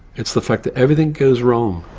it's the fact that everything goes wrong.